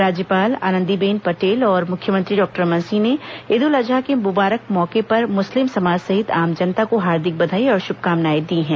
राज्यपाल आनंदीबेन पटेल और मुख्यमंत्री डॉक्टर रमन सिंह ने ईद उल अजहा के मुबारक मौके पर मुस्लिम समाज सहित आम जनता को हार्दिक बधाई और श्भकामनाएं दी हैं